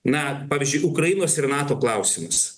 na pavyzdžiui ukrainos ir nato klausimus